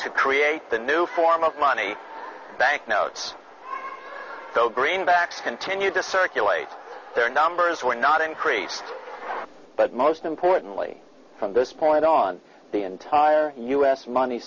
to create the new form of money banknotes the greenbacks continued to circulate their numbers were not increase but most importantly from this point on the entire us money